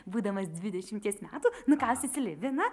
būdamas dvidešimties metų nukausi slibiną